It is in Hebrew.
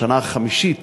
בשנה החמישית